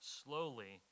slowly